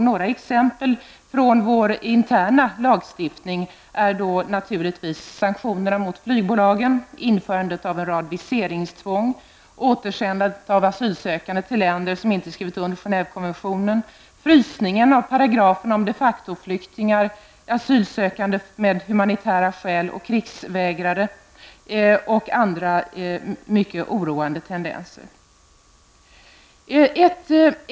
Några exempel från vår interna lagstiftning är naturligtvis sanktionerna mot flygbolagen, införandet av en rad viseringstvång, återsändandet av asylsökande till länder som inte har skrivit under Genèvekonventionen, frysning av paragraferna om de facto-flyktingar, asylsökande av humanitära skäl och krigsvägrare, och andra mycket oroande tendenser.